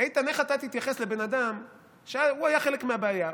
איך אתה תתייחס לבן אדם שהיה חלק מהבעיה,